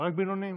רק בינוניים?